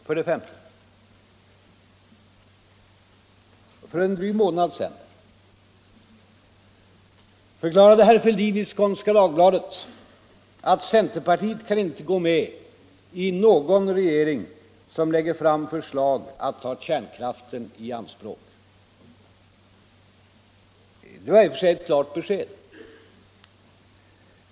För det femte: För en dryg månad sedan förklarade herr Fälldin i Skånska Dagbladet att ”centerpartiet kan inte gå med i någon regering som lägger fram förslag att ta kärnkraften i anspråk”. Det var ett i och för sig klart besked.